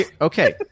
Okay